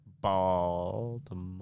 Baltimore